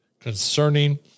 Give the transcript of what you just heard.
concerning